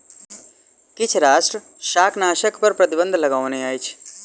किछ राष्ट्र शाकनाशक पर प्रतिबन्ध लगौने अछि